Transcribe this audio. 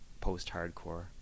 post-hardcore